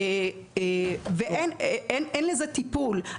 אין לזה טיפול.